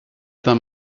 them